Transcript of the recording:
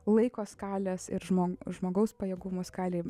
laiko skalės ir žmogų žmogaus pajėgumo skalėje